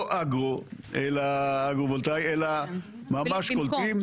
לא אגרו וולטאי אלא ממש קולטים,